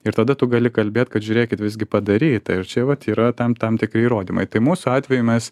ir tada tu gali kalbėt kad žiūrėkit visgi padaryta ir čia vat yra tam tam tikri įrodymai tai mūsų atveju mes